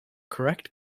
correct